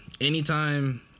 Anytime